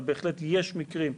אבל בהחלט יש מקרים.